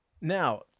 now